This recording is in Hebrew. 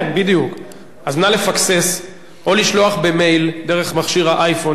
אז נא לפקסס או לשלוח במייל דרך מכשיר האייפון של השר את התשובה.